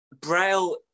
Braille